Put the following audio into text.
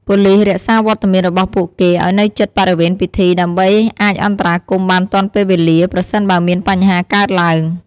ប៉ូលីសរក្សាវត្តមានរបស់ពួកគេឲ្យនៅជិតបរិវេណពិធី ដើម្បីអាចអន្តរាគមន៍បានទាន់ពេលវេលា ប្រសិនបើមានបញ្ហាកើតឡើង។